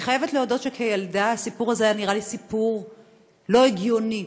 אני חייבת להודות שכילדה הסיפור הזה נראה לי סיפור לא הגיוני,